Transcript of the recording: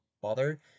bother